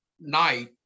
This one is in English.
night